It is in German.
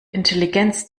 intelligenz